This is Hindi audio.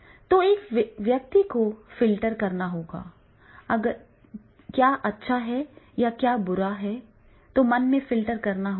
तो एक व्यक्ति को फ़िल्टर करना है अगर अच्छा है या बुरा है तो मन को फ़िल्टर करना होगा